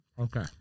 Okay